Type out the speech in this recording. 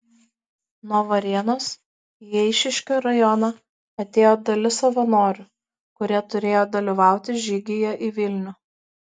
nuo varėnos į eišiškių rajoną atėjo dalis savanorių kurie turėjo dalyvauti žygyje į vilnių